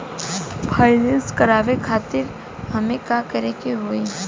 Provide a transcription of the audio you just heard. Finance करावे खातिर हमें का करे के होई?